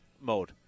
mode